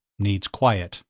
needs quiet,